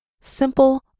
Simple